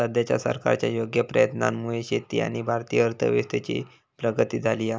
सद्याच्या सरकारच्या योग्य प्रयत्नांमुळे शेती आणि भारतीय अर्थव्यवस्थेची प्रगती झाली हा